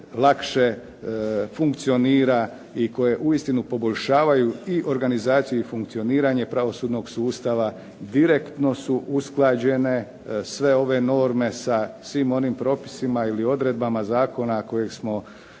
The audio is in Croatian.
lakše funkcionira i koje uistinu poboljšavaju i organizaciju i funkcioniranje pravosudnog sustava direktno su usklađene sve ove norme sa svim onim propisima ili odredbama zakona kojeg smo imali